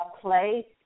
play